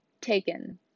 taken